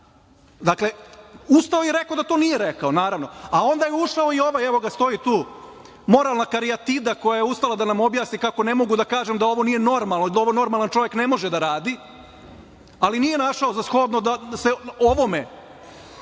kažem, ustao je rekao da to nije rekao, naravno, a onda je ušao i ovaj, evo ga, stoji tu, moralna karijatida koja je ustala da nam objasni kako ne mogu da kažem da ovo nije normalno i da ovo normalan čovek ne može da radi, ali nije našao za shodno da se o ovome